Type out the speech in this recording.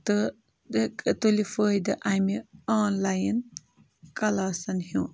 تہٕ تُلہِ فٲیِدٕ اَمہِ آنلایِن کَلاسَن ہُنٛد